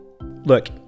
Look